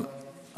אבל